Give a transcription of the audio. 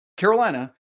Carolina